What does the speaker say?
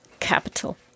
capital